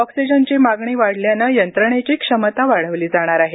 ऑक्सिजनची मागणी वाढल्याने यंत्रणेची क्षमता वाढवली जाणार आहे